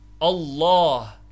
Allah